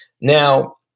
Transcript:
Now